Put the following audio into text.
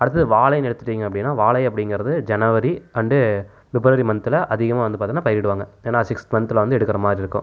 அடுத்தது வாழைன்னு எடுத்துட்டிங்கள் அப்படின்னா வாழை அப்படிங்கிறது ஜனவரி அண்ட்டு பிப்ரவரி மன்த்ல அதிகமாக வந்து பார்த்திங்கனா பயிரிடுவாங்கள் ஏன்னா சிக்ஸ் மன்த்ல வந்து எடுக்கிற மாதிரி இருக்கும்